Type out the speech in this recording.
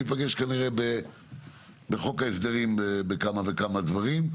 ניפגש כנראה בחוק ההסדרים בכמה וכמה דברים.